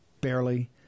barely